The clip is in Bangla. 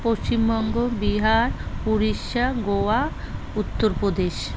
পশ্চিমবঙ্গ বিহার উড়িষ্যা গোয়া উত্তরপ্রদেশ